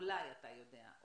אולי אתה יודע,